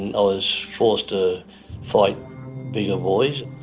and ah was forced to fight bigger boys.